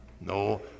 No